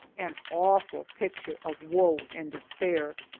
an awful picture of woe and despair.